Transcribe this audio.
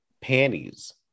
panties